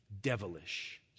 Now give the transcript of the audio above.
devilish